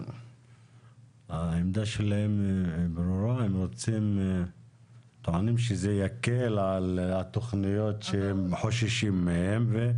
הם טוענים שזה יקל על התכניות שהם חוששים מהם.